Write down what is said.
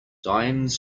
dimes